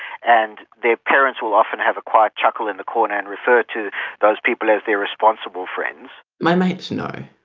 and their parents will often have a quiet chuckle in the corner and refer to those people as their responsible friends. my mates know.